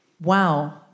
wow